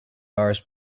hours